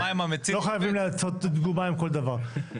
לא חייבים לעשות דוגמה עם כל דבר.